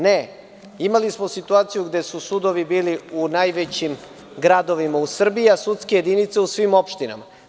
Ne, imali smo situaciju gde su sudovi bili u najvećim gradovima u Srbiji, a sudske jedinice u svim opštinama.